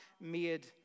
made